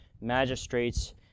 magistrates